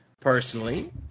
personally